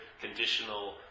conditional